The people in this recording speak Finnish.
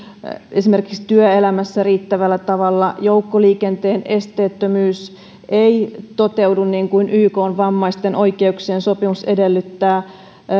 esimerkiksi työelämässä riittävällä tavalla ja joukkoliikenteen esteettömyys ei toteudu niin kuin ykn vammaisten oikeuksien sopimus edellyttää